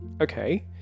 okay